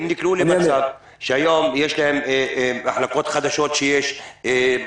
הם נקלעו למצב שהיום יש להם מחלקות חדשות של בידוד,